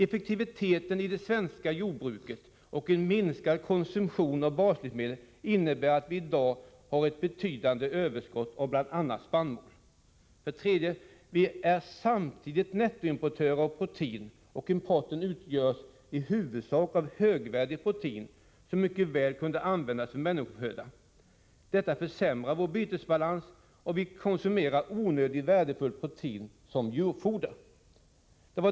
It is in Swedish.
Effektiviteten i det svenska jordbruket och en minskad konsumtion av baslivsmedel innebär att vi i dag har ett betydande överskott av bl.a. spannmål. 3. Vi är samtidigt nettoimportörer av protein, och importen utgörs i huvudsak av högvärdig protein, som mycket väl kan användas som människoföda. Detta försämrar vår bytesbalans, och vi konsumerar onödigt värdefull protein som djurfoder.